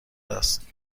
است